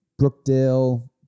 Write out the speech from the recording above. Brookdale